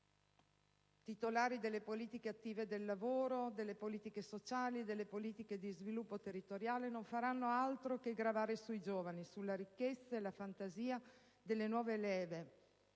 titolari delle politiche attive del lavoro, delle politiche sociali, delle politiche di sviluppo territoriale non faranno altro che gravare sui giovani, sulla ricchezza e la fantasia che solo le nuove leve